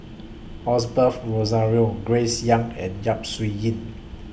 Osbert Rozario Grace Young and Yap Su Yin